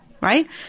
right